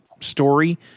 story